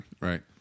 Right